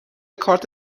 کارت